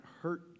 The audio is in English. hurt